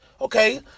Okay